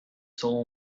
soul